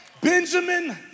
Benjamin